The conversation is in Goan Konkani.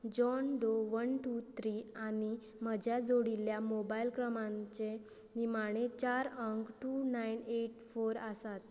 John Doe one two three आनी म्हज्या जोडिल्ल्या मोबायल क्रमांकाचे निमाणे चार अंक टू नायन एट फोर आसात